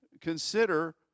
consider